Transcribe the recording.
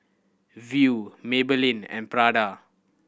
Viu Maybelline and Prada